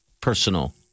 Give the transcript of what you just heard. personal